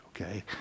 Okay